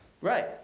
Right